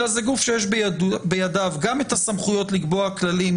אלא זה גוף שיש בידיו גם את הסמכויות לקבוע כללים